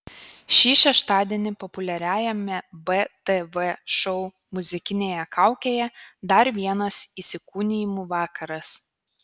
šį šeštadienį populiariajame btv šou muzikinėje kaukėje dar vienas įsikūnijimų vakaras